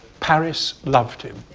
paris loved him.